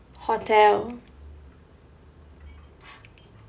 hotel